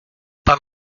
pas